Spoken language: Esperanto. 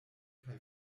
kaj